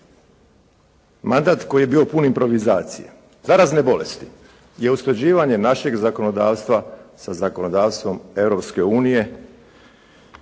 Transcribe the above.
Mandat koji je bio pun improvizacija. Zarazne bolesti i usklađivanje našeg zakonodavstva sa zakonodavstvom